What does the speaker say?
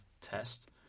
test